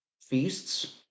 feasts